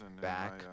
back